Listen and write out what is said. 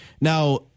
Now